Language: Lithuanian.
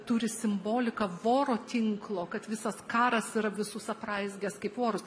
turi simboliką voro tinklo kad visas karas yra visus apraizgęs kaip vorus